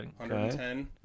110